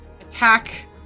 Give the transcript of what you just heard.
attack